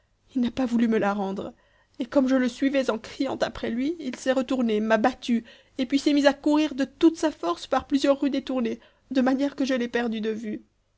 il n'a pas voulu me la rendre et comme je le suivais en criant après lui il s'est retourné m'a battu et puis s'est mis à courir de toute sa force par plusieurs rues détournées de manière que je l'ai perdu de vue